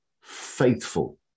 faithful